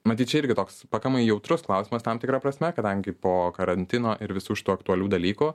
matyt čia irgi toks pakankamai jautrus klausimas tam tikra prasme kadangi po karantino ir visų šitų aktualių dalykų